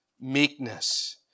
meekness